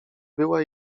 była